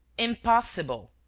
impossible.